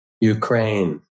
Ukraine